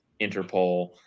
Interpol